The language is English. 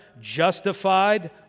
justified